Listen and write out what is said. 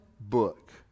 book